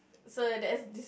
so that's this